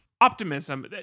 Optimism